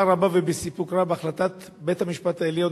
רבה ובסיפוק רב החלטת בית-המשפט העליון,